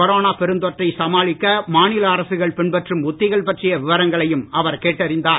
corona பெருந்தொற்றை சமாளிக்க மாநில அரசுகள் பின்பற்றும் உத்திகள் பற்றிய விவரங்களையும் அவர் கேட்டறிந்தார்